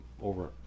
over